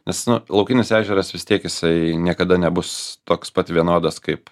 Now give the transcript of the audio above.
nes laukinis ežeras vis tiek jisai niekada nebus toks pat vienodas kaip